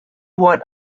what